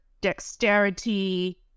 dexterity